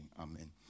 amen